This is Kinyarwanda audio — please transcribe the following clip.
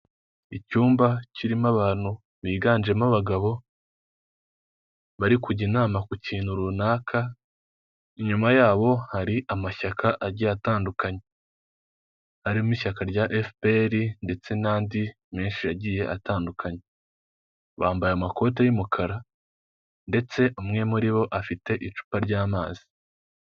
Icyumba kirimo abantu biganjemo abagabo bari kujya inama ku kintu runaka, inyuma yabo hari amashyaka agiye atandukanye, harimo ishyaka rya efuperi ndetse n'andi menshi agiye atandukanye, bambaye amakote y'umukara ndetse umwe muri bo afite icupa ry'amazi.